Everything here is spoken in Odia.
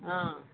ହଁ